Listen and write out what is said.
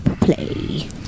play